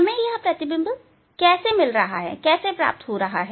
हमें यह प्रतिबिंब कैसे प्राप्त हो रहा है